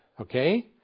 Okay